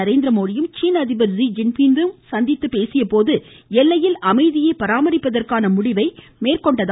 நரேந்திரமோடியும் சீன அதிபர் ஸீ ஜிங் பின்னும் சந்தித்து பேசிய போது எல்லையில் அமைதியை பராமரிப்பதற்கான முடிவை மேற்கொண்டனர்